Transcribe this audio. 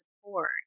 support